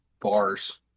bars